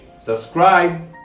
subscribe